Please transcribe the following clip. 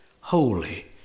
holy